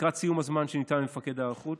לקראת סיום הזמן שניתן על ידי מפקד ההיערכות,